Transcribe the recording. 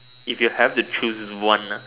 if you have to choose one nah